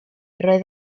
roedd